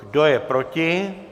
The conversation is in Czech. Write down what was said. Kdo je proti?